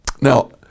Now